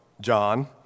John